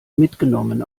mitgenommen